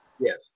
Yes